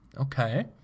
okay